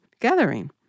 gathering